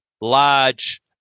large